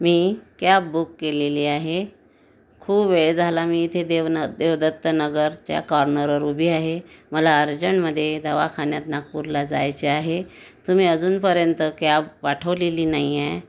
मी cab book केलेली आहे खूप वेळ झाला मी इथे देव ना देवदत्तनगरच्या कॉर्नरवर उभी आहे मला अर्जंटमध्ये दवाखान्यात नागपूरला जायचे आहे तुम्ही अजूनपर्यंत कॅब पाठवलेली नाही आहे